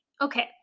okay